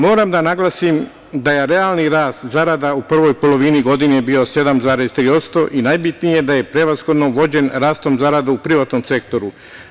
Moram da naglasim da je realni rast zarada u prvoj polovini godine bio 7,3% i najbitnije je da je prevashodno vođen rastom zarada u privatnom sektoru.